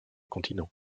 continent